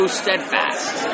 steadfast